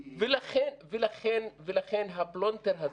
ולכן הפלונטר הזה,